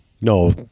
No